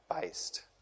based